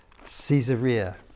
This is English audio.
Caesarea